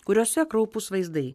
kuriose kraupūs vaizdai